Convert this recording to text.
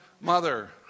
mother